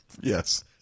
Yes